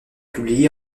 publié